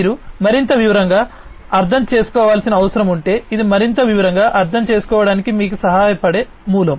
మీరు మరింత వివరంగా అర్థం చేసుకోవాల్సిన అవసరం ఉంటే ఇది మరింత వివరంగా అర్థం చేసుకోవడానికి మీకు సహాయపడే మూలం